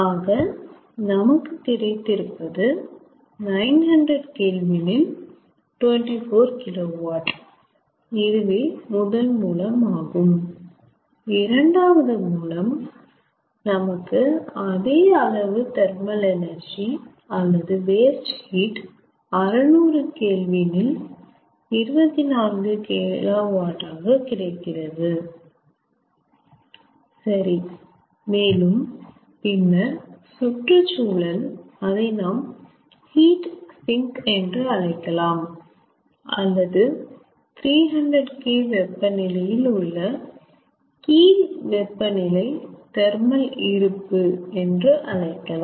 ஆக நமக்கு கிடைத்து இருப்பது 900K இல் 24KW இதுவே முதல் மூலமாகும் இரண்டாவது மூலம் நமக்கு அதே அளவு தெர்மல் எனர்ஜி அல்லது வேஸ்ட் ஹீட் 600K இல் 24KW கிடைக்கிறது சரி மேலும் பின்னர் சுற்றுசூழல் அதை நாம் ஹீட் சிங்க் என்று அழைக்கலாம் அல்லது 300K வெப்பநிலையில் உள்ள கீழ் வெப்ப நிலை தெர்மல் இருப்பு என்று அழைக்கலாம்